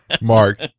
Mark